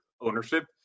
ownership